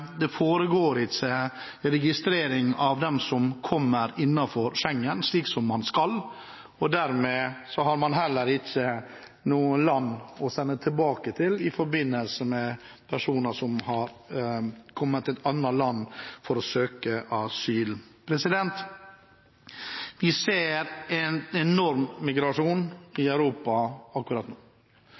det ikke foregår registrering av dem som kommer innenfor Schengen, slik som man skal. Dermed har man heller ikke noe land å sende personer som har kommet til et annet land for å søke asyl, tilbake til. Vi ser en enorm migrasjon i Europa akkurat nå.